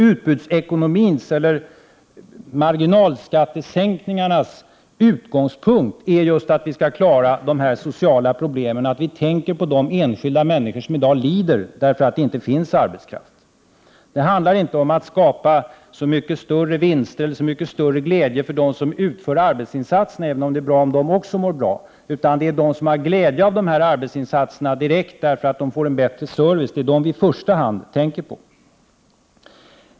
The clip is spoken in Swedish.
Utbudsekonomins eller marginalskattesänkningens utgångspunkt är just att vi skall klara de sociala problemen, att vi skall tänka på de enskilda människor som i dag lider för att det inte finns arbetskraft. Det handlar inte om att skapa så mycket större vinster eller så mycket större glädje för dem som utför arbetsinsatserna, även om det är bra om de också mår bra, utan det är de som har direkt glädje av dessa arbetsinsatser därför att de får en bättre service som vi i första hand tänker på.